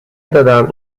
دادم